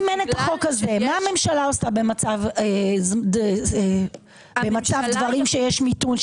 אם אין את החוק הזה מה הממשלה עושה במצב דברים שיש מיתון,